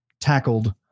tackled